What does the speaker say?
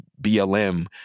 BLM